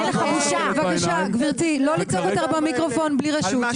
את לא מסתכלת להורים בעיניים,